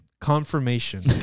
Confirmation